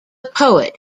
poet